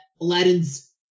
Aladdin's